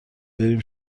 بریم